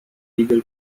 legal